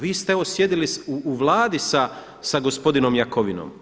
Vi ste evo sjedili u Vladi sa gospodinom Jakovinom.